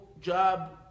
job